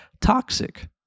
toxic